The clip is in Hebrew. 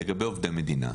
לגבי עובדי מדינה,